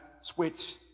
switch